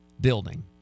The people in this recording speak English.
building